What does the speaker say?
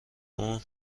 اون